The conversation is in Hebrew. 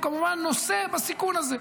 והוא כמובן נושא בסיכון הזה.